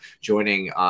joining –